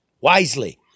wisely